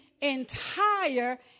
entire